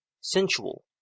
sensual